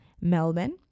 Melbourne